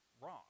wrong